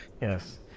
yes